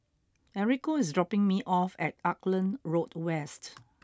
Enrico is dropping me off at Auckland Road West